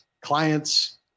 clients